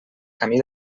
camí